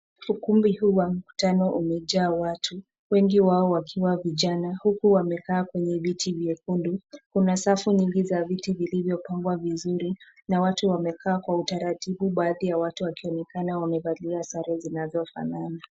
Ukumbi huu wa mkutano umejaa watu, wengi wao wakiwa vijana huku wamekaa kwenye viti vya vyekundu. Kuna safu nyingi vya viti vilivyo vilivyopangwa vizuri na watu wamekaa kwa utaratibu. Baadhi ya watu wakionekana wamevalia sare zinazofanana.